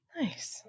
Nice